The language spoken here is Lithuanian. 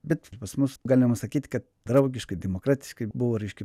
bet pas mus galima sakyt kad draugiškai demokratiškai buvo reiškia